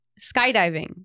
skydiving